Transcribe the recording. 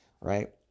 right